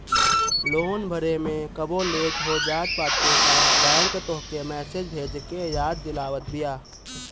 loan भरे में कबो लेट हो जात बाटे तअ बैंक तोहके मैसेज भेज के याद दिलावत बिया